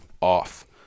off